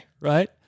right